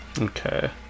Okay